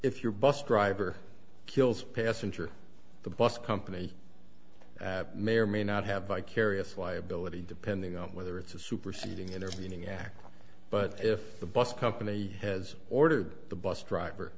if your bus driver kills passenger the bus company may or may not have vicarious liability depending on whether it's a superseding intervening act but if the bus company has ordered the bus driver